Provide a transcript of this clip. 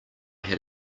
had